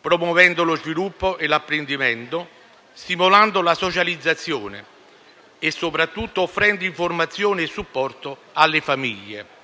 promuovendo lo sviluppo e l'apprendimento, stimolando la socializzazione e - soprattutto - offrendo informazioni e supporto alle famiglie.